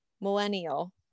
millennial